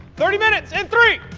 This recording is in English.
thirty minutes in three,